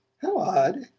how odd!